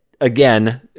Again